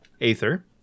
Aether